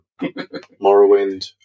Morrowind